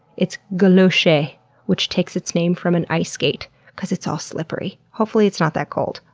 it's galocher, which takes its name from an ice-skate cause it's all slippery. hopefully it's not that cold.